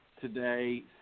today